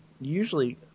usually